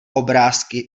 obrázky